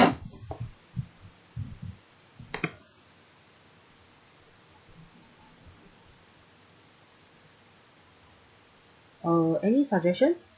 uh any suggestion